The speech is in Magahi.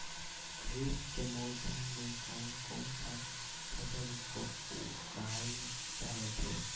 खरीफ के मौसम में कौन कौन सा फसल को उगाई जावत हैं?